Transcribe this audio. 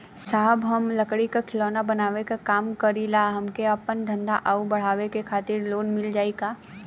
साहब हम लंगड़ी क खिलौना बनावे क काम करी ला हमके आपन धंधा अउर बढ़ावे के खातिर लोन मिल जाई का?